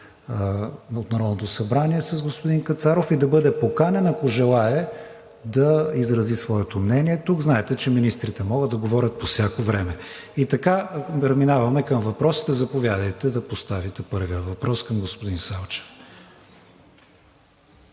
от Народното събрание с господин Кацаров и да бъде поканен, ако желае, да изрази своето мнение. Тук, знаете, че министрите могат да говорят по всяко време. И така, преминаваме към въпросите. Заповядайте да поставите първия въпрос към господин Салчев.